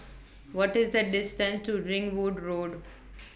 What IS The distance to Ringwood Road